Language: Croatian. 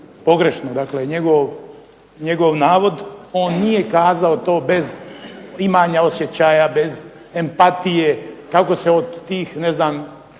pogrešno. Dakle, njegov navod. On nije kazao to bez imanja osjećaja, bez empatije, kako se od tih ne znam